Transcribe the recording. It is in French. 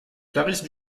clarice